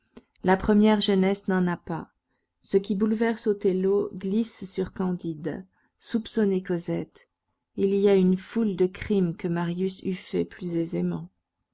la première jeunesse n'en a pas ce qui bouleverse othello glisse sur candide soupçonner cosette il y a une foule de crimes que marius eût faits plus aisément